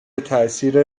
تأثیر